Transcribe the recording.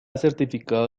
certificado